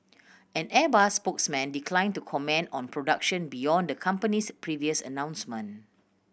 an Airbus spokesman declined to comment on production beyond the company's previous announcements